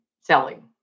selling